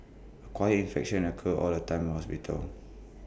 acquired infections occur all the time in hospitals